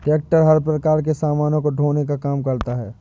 tractor हर प्रकार के सामानों को ढोने का काम करता है